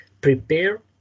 prepare